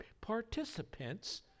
participants